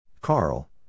Carl